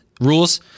Rules